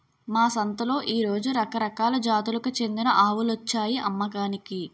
మా సంతలో ఈ రోజు రకరకాల జాతులకు చెందిన ఆవులొచ్చాయి అమ్మకానికి